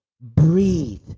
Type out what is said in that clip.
breathe